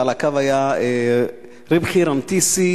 ועל הקו היה ריבחי רנתיסי,